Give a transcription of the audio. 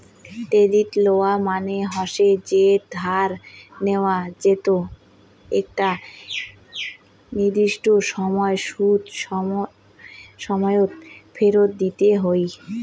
credit লওয়া মানে হসে যে ধার নেয়া যেতো একটা নির্দিষ্ট সময় সুদ সমেত ফেরত দিতে হই